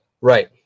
right